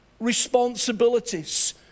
responsibilities